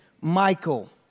Michael